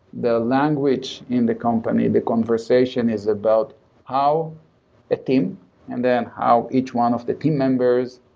the language in the company, the conversation is about how a team and then how each one of the team members,